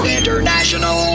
International